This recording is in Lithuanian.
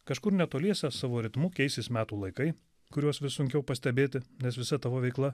kažkur netoliese savo ritmu keisis metų laikai kuriuos vis sunkiau pastebėti nes visa tavo veikla